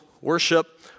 worship